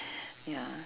ya